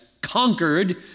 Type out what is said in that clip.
conquered